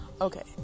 Okay